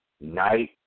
night